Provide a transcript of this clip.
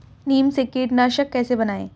नीम से कीटनाशक कैसे बनाएं?